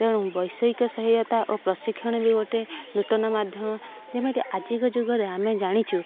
ତେଣୁ ବୈଷୟିକ ସହାୟତା ଓ ପ୍ରଶିକ୍ଷଣ ବି ଗୋଟେ ନୂତନ ମାଧ୍ୟମ ଯେମିତି ଆଜିକା ଯୁଗରେ ଆମେ ଜାଣିଛୁ